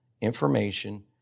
information